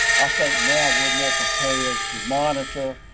i think now we are more prepared to monitor,